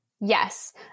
Yes